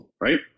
right